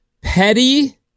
Petty